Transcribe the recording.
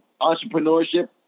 entrepreneurship